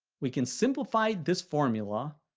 we can simplify this formula,